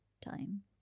time